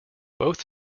both